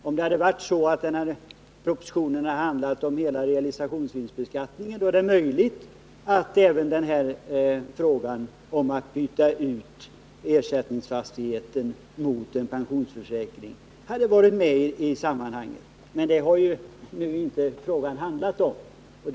Om propositionen hade behandlat hela realisationsvinstbeskattningen, är det möjligt att även frågan om att byta ut ersättningsfastigheten mot en pensionsförsäkring hade varit med i sammanhanget. Men det har ju inte handlat om detta.